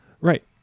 Right